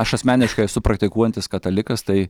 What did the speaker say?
aš asmeniškai esu praktikuojantis katalikas tai